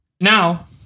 Now